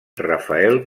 rafael